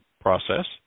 process